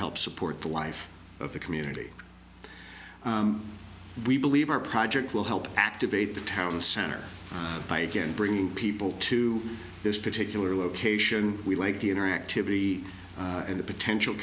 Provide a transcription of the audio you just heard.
help support the life of the community we believe our project will help activate the town center by again bringing people to this particular location we like the interactivity and the potential